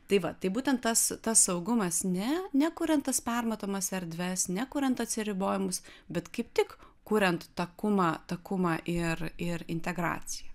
tai va tai būtent tas tas saugumas ne nekuriant tas permatomas erdves nekuriant atsiribojimus bet kaip tik kuriant takumą takumą ir ir integraciją